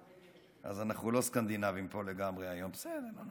אז אנחנו לא סקנדינבים פה לגמרי היום, בסדר.